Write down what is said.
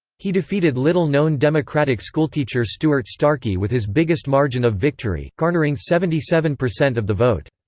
he defeated little-known democratic schoolteacher stuart starky with his biggest margin of victory, garnering seventy seven percent of the vote.